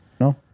No